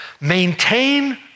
Maintain